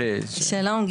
שלום,